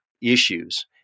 issues